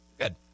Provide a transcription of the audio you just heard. Good